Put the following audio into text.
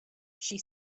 she